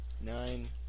Nine